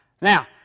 Now